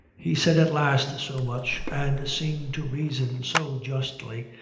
he said at last so much, and seemed to reason so justly,